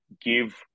give